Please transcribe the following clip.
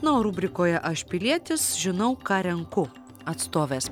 na o rubrikoje aš pilietis žinau ką renku atstovės